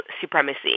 supremacy